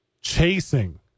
Chasing